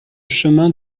chemin